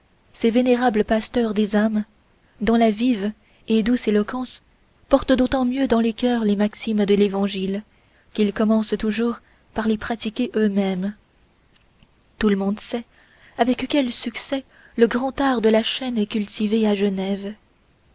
et douce éloquence porte d'autant mieux dans les cœurs les maximes de l'évangile qu'ils commencent toujours par les pratiquer eux-mêmes tout le monde sait avec quel succès le grand art de la chaire est cultivé à genève